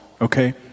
okay